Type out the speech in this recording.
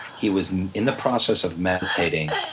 he was in the process of meditating.